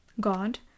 God